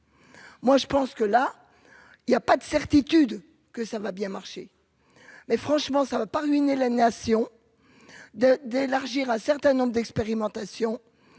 Moi je pense que là il y a pas de certitude que ça va bien marcher, mais franchement, ça va pas ruiner la nation de d'élargir un certain nombre d'expérimentations